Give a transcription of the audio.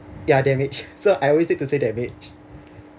ya damage so I always take to say damage